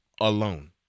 alone